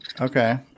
Okay